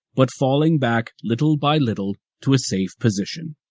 but falling back little by little to a safe position.